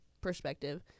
perspective—